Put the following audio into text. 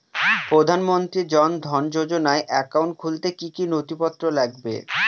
প্রধানমন্ত্রী জন ধন যোজনার একাউন্ট খুলতে কি কি নথিপত্র লাগবে?